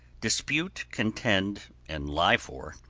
dispute, contend and lie for,